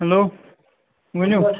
hello ؤنِو